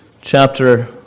chapter